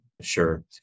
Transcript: sure